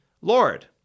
Lord